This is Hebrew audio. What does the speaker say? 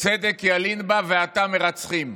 צדק ילין בה ועתה מרצחים".